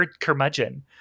curmudgeon